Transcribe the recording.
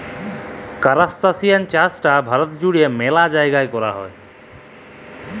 কারাস্তাসিয়ান চাইশটা ভারতে জুইড়ে ম্যালা জাইগাই কৈরা হই